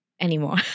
anymore